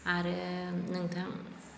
आरो नोंथां